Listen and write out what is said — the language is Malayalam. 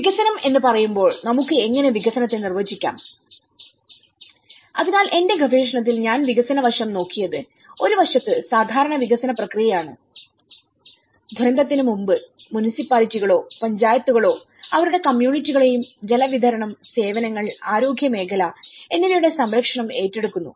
വികസനം എന്ന് പറയുമ്പോൾ നമുക്ക് എങ്ങനെ വികസനത്തെ നിർവചിക്കാം അതിനാൽ എന്റെ ഗവേഷണത്തിൽ ഞാൻ വികസന വശം നോക്കിയത് ഒരു വശത്ത് സാധാരണ വികസന പ്രക്രിയയാണ്ദുരന്തത്തിന് മുമ്പ്മുനിസിപ്പാലിറ്റികളോ പഞ്ചായത്തുകളോ അവരുടെ കമ്മ്യൂണിറ്റികളുടെയും ജലവിതരണം സേവനങ്ങൾ ആരോഗ്യ മേഖല എന്നിവയുടെ സംരക്ഷണം ഏറ്റെടുക്കുന്നു